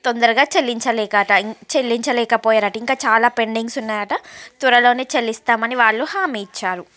తొందరగా చెల్లించలేకట చెల్లించలేకపోయారట ఇంకా చాలా పెండింగ్స్ ఉన్నాయట త్వరలోనే చెల్లిస్తామని వాళ్ళు హామీ ఇచ్చారు